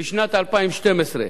בשנת 2012,